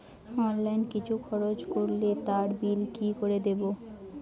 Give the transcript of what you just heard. Online কিছু খরচ করলে তার বিল কি করে দেবো?